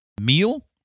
meal